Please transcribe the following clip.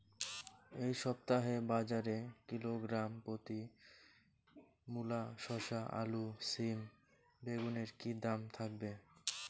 এই সপ্তাহে বাজারে কিলোগ্রাম প্রতি মূলা শসা আলু সিম বেগুনের কী দাম থাকবে?